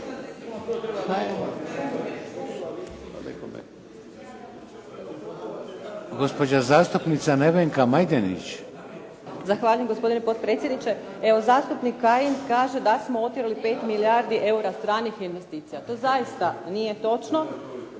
**Majdenić, Nevenka (HDZ)** Zahvaljujem gospodine predsjedniče. Evo zastupnik Kajin kaže da smo utjerali 5 milijardi stranih investicija. To zaista nije točno.